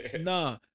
nah